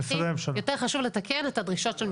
יותר חשוב לתקן את הדרישות של משרדי הממשלה.